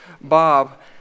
Bob